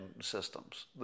systems